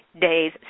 days